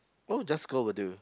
oh just go will do